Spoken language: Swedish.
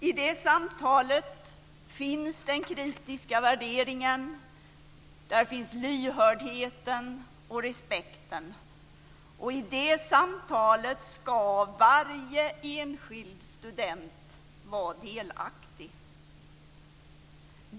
I det samtalet finns den kritiska värderingen, och där finns lyhördheten och respekten. I det samtalet ska varje enskild student vara delaktig.